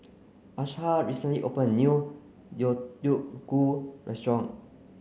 Asha recently opened a new Deodeok Gui Restaurant